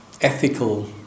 ethical